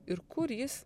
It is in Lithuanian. ir kur jis